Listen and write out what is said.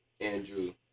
Andrew